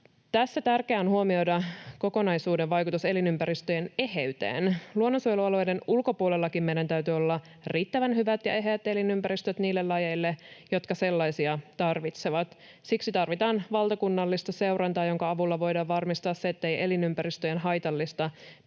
Tässä tärkeää on huomioida kokonaisuuden vaikutus elinympäristöjen eheyteen. Luonnonsuojelualueiden ulkopuolellakin meillä täytyy olla riittävän hyvät ja eheät elinympäristöt niille lajeille, jotka sellaisia tarvitsevat. Siksi tarvitaan valtakunnallista seurantaa, jonka avulla voidaan varmistaa se, ettei elinympäristöjen haitallista